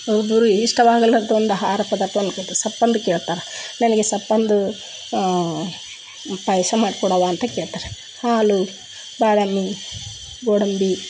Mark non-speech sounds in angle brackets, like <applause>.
<unintelligible> ಇಷ್ಟವಾಗೋಲ್ಲ ಅಂತ ಒಂದು ಆಹಾರ ಪದಾರ್ಥ <unintelligible> ಸಪ್ಪಂದು ಕೇಳ್ತಾರೆ ನನಗೆ ಸಪ್ಪಂದು ಪಾಯಸ ಮಾಡಿಕೊಡವ್ವ ಅಂತ ಕೇಳ್ತಾರೆ ಹಾಲು ಬಾದಾಮಿ ಗೋಡಂಬಿ